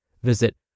Visit